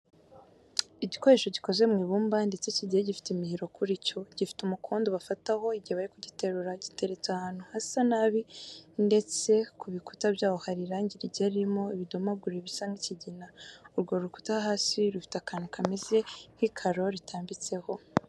Igikoresho gikoze mu ibumba ndetse kigiye gifite imihiro kuri cyo, gifite umukondo bafataho igihe bari kugiterura. Giteretse ahantu hasa nabi ndetse ku bikuta byaho hari irangi rigiye ririmo ibidomagure bisa nk'ikigina. Urwo rukuta hasi rufite akantu kameze nk'ikaro ritambitseho.